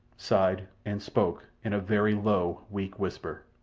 sighed, and spoke in a very low, weak whisper.